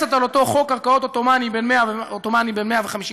שמבוססת על אותו חוק קרקעות עות'מאני בן 150 שנה,